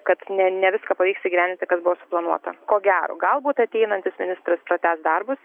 kad ne ne viską pavyks įgyvendinti kas buvo suplanuota ko gero galbūt ateinantis ministras pratęs darbus